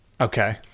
Okay